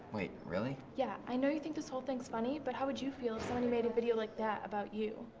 wait really? yeah! i know you think this whole things funny but how would you feel if someone made a video like that about you?